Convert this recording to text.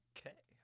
Okay